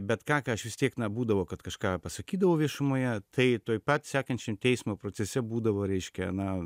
bet ką ką aš vis tiek na būdavo kad kažką pasakydavau viešumoje tai tuoj pat sekančiam teismo procese būdavo reiškia na